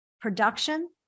production